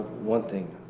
one thing,